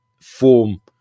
form